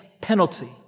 penalty